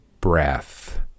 breath